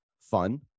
fun